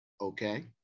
Okay